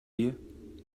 you